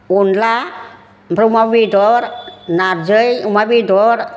अनद्ला आमफ्राय अमा बेदर नारजि अमा बेदर